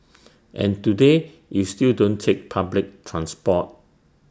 and today you still don't take public transport